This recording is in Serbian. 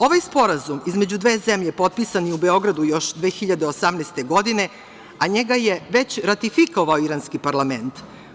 Ovaj sporazum između dve zemlje potpisan je u Beogradu još 2018. godine, a njega je već ratifikovao iranski parlament.